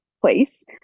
Place